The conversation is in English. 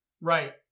right